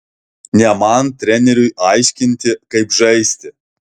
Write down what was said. ne man treneriui aiškinti kaip žaisti